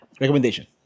recommendation